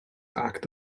act